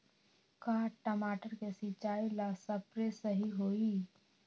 का टमाटर के सिचाई ला सप्रे सही होई?